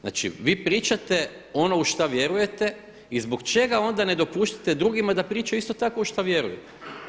Znači vi pričate ono u šta vjerujete i zbog čega onda ne dopuštate drugima da pričaju isto tako u šta vjerujete.